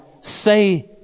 say